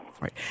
Right